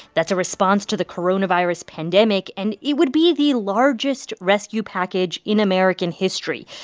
that's a response to the coronavirus pandemic. and it would be the largest rescue package in american history.